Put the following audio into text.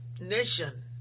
nation